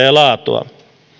ja laatua